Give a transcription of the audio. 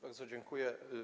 Bardzo dziękuję.